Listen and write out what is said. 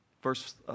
first